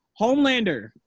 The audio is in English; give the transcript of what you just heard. Homelander